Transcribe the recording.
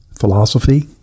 philosophy